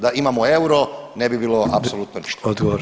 Da imamo euro ne bi bilo apsolutno ništa.